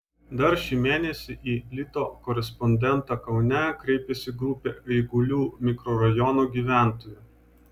dar šį mėnesį į lito korespondentą kaune kreipėsi grupė eigulių mikrorajono gyventojų